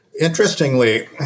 Interestingly